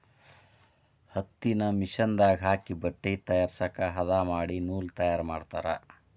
ಹತ್ತಿನ ಮಿಷನ್ ದಾಗ ಹಾಕಿ ಬಟ್ಟೆ ತಯಾರಸಾಕ ಹದಾ ಮಾಡಿ ನೂಲ ತಯಾರ ಮಾಡ್ತಾರ